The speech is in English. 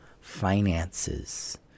finances